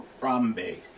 Rambe